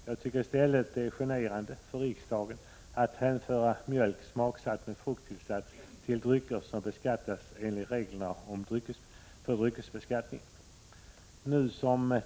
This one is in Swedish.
Jag tycker i stället det är generande för riksdagen att hänföra mjölk smaksatt med frukttillsats till drycker som beskattas enligt reglerna för dryckesbeskattning.